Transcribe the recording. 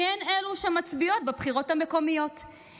כי הן אלו שמצביעות בבחירות המקומיות,